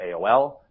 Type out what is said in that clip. AOL